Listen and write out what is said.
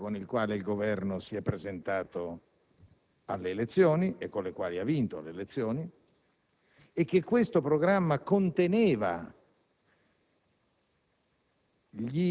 il programma con il quale il Governo si è presentato alle elezioni e le ha vinte ed è vero che questo programma conteneva